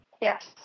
Yes